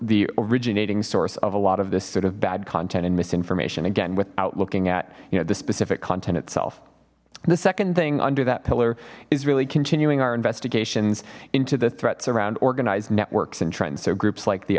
the originating source of a lot of this sort of bad content and misinformation again without looking at you know the specific content itself the second thing under that pillar is really continuing our investigations into the threats around organized networks and trends so groups like the